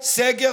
כן,